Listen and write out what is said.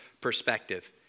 perspective